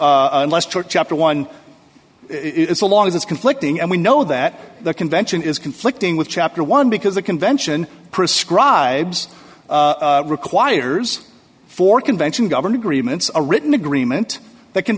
unless chapter one it's a long as it's conflicting and we know that the convention is conflicting with chapter one because the convention prescribes requires for convention govern agreements a written agreement that can